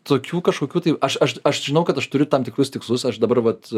tokių kažkokių tai aš aš aš žinau kad aš turiu tam tikrus tikslus aš dabar vat